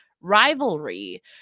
rivalry